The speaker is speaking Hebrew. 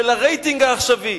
של הרייטינג העכשווי,